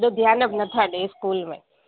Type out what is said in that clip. एॾो ध्यानु नथा ॾिए स्कूल में